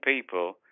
people